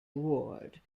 ward